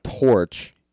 torch